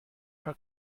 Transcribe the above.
her